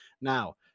now